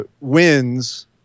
wins